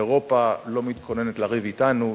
אירופה לא מתכוננת לריב אתנו.